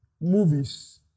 movies